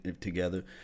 together